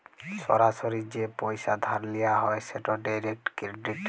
সরাসরি যে পইসা ধার লিয়া হ্যয় সেট ডিরেক্ট ক্রেডিট